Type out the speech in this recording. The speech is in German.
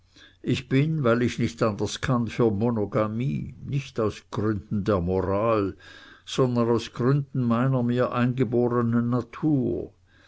ich bin weil ich nicht anders kann für monogamie nicht aus gründen der moral sondern aus gründen meiner mir eingebornen natur